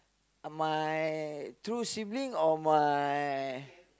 my true sibling or my